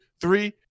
Three